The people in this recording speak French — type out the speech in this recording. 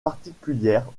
particulière